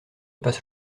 passe